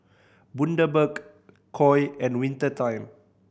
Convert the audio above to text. Bundaberg Koi and Winter Time